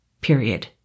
Period